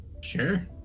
Sure